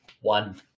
One